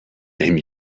neem